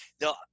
no